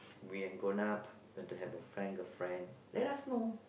when grown up when you want to have girlfriend boyfriend let us know